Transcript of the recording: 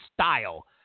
style